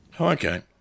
Okay